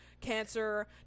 cancer